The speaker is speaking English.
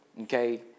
Okay